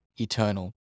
eternal